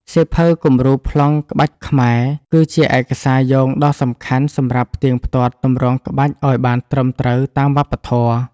សៀវភៅគំរូប្លង់ក្បាច់ខ្មែរ គឺជាឯកសារយោងដ៏សំខាន់សម្រាប់ផ្ទៀងផ្ទាត់ទម្រង់ក្បាច់ឱ្យបានត្រឹមត្រូវតាមវប្បធម៌។